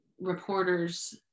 reporters